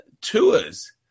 tours